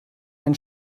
ein